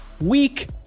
Week